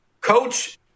Coach